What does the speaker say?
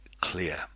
clear